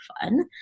fun